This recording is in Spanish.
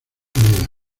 vida